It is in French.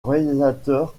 réalisateur